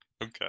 Okay